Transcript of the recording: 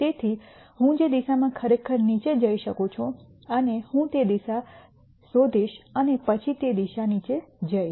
તેથી હું જે દિશામાં ખરેખર નીચે જઈ શકું છું અને હું તે દિશા શોધીશ અને પછી તે દિશા નીચે જઈશ